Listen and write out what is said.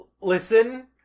Listen